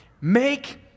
make